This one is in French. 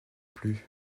plus